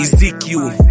Ezekiel